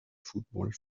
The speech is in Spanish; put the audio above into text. fútbol